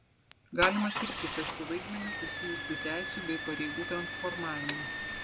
galimas ir kitas su vaidmeniu susijusių teisių bei pareigų transformavimas